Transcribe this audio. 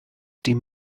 dim